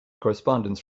correspondence